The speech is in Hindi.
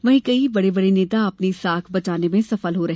वहीं कई बड़े नेता अपनी साख बचाने में सफल रहे